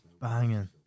banging